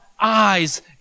eyes